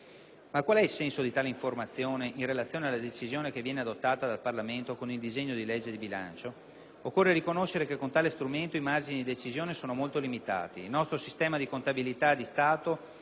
Ma qual è il senso di tale informazione in relazione alla decisione che viene adottata dal Parlamento con il disegno di legge di bilancio? Occorre riconoscere che con tale strumento i margini di decisione sono molto limitati. Il nostro sistema di contabilità di Stato,